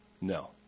No